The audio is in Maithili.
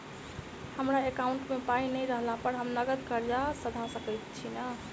हमरा एकाउंट मे पाई नै रहला पर हम नगद कर्जा सधा सकैत छी नै?